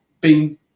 Bing